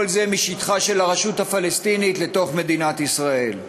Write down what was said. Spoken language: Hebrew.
כל זה משטחה של הרשות הפלסטינית לתוך מדינת ישראל.